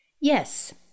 Yes